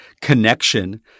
connection